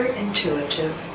intuitive